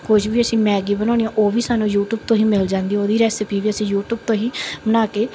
ਕੁਝ ਵੀ ਅਸੀਂ ਮੈਗੀ ਬਣਾਉਣੀ ਆ ਉਹ ਵੀ ਸਾਨੂੰ ਯੂਟਿਊਬ ਤੋਂ ਹੀ ਮਿਲ ਜਾਂਦੀ ਉਹਦੀ ਰੈਸਪੀ ਵੀ ਅਸੀਂ ਯੂਟਊਬ ਤੋਂ ਹੀ ਬਣਾ ਕੇ